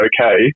okay